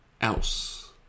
else